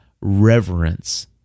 reverence